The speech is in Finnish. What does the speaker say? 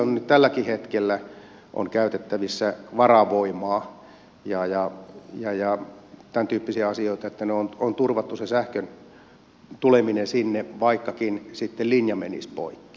on nyt tälläkin hetkellä käytettävissä varavoimaa ja tämäntyyppisiä asioita että on turvattu sen sähkön tuleminen sinne vaikkakin sitten linja menisi poikki